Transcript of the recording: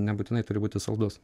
nebūtinai turi būti saldus